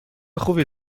خوبی